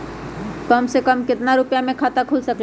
कम से कम केतना रुपया में खाता खुल सकेली?